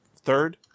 Third